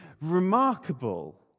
remarkable